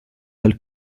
del